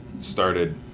started